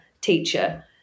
teacher